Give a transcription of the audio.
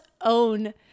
own